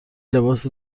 لباس